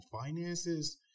finances